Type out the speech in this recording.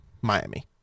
Miami